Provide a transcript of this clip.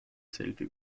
سلفی